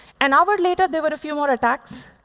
an hour later, there were a few more attacks,